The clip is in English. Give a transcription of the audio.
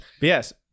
yes